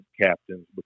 captains